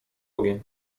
ogień